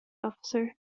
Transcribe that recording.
officer